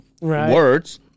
words